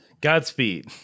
Godspeed